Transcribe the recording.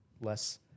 less